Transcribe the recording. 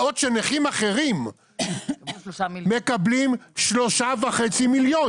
בעוד שנכים אחרים מקבלים 3.5 מיליון.